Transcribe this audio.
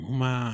Uma